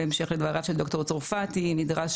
בהמשך לדבריו של ד"ר צרפתי נדרשים